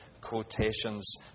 quotations